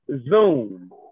Zoom